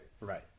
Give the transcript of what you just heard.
Right